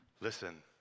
Listen